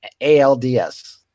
ALDS